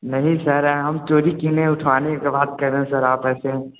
नहीं सर ऐ हम चोरी किए नहीं उठाने की बात कर रहे हैं सर आप ऐसे